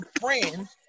friends